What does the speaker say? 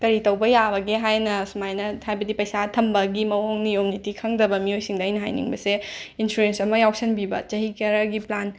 ꯀꯔꯤ ꯇꯧꯕ ꯌꯥꯕꯒꯦ ꯍꯥꯏꯅ ꯁꯨꯃꯥꯏꯅ ꯍꯥꯏꯕꯗꯤ ꯄꯩꯁꯥ ꯊꯝꯕꯒꯤ ꯃꯑꯣꯡ ꯅꯤꯌꯣꯝ ꯅꯤꯇꯤ ꯈꯪꯗꯕ ꯃꯤꯑꯣꯏꯁꯤꯡꯗ ꯑꯩꯅ ꯍꯥꯏꯅꯤꯡꯕꯁꯦ ꯏꯟꯁꯨꯔꯦꯟꯁ ꯑꯃ ꯌꯥꯎꯁꯟꯕꯤꯕ ꯆꯍꯤ ꯈꯔꯒꯤ ꯄ꯭ꯂꯥꯟ